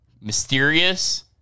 mysterious